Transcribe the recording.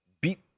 beat